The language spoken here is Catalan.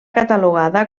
catalogada